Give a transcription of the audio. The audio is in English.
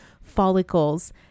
follicles